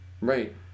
Right